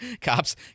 cops